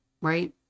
right